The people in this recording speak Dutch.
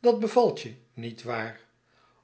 dat bevalt je niet waar